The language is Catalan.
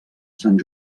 sant